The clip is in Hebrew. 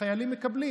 והחיילים מקבלים.